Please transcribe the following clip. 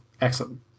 Excellent